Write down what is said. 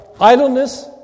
Idleness